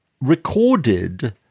recorded